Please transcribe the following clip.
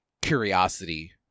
curiosity